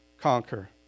conquer